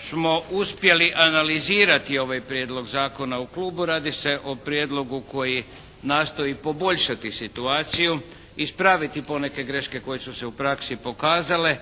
smo uspjeli analizirati ovaj Prijedlog zakona u klubu radi se o prijedlogu koji nastoji poboljšati situaciju, ispraviti poneke greške koje su se u praksi pokazale,